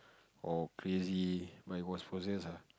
or crazy but he was possessed ah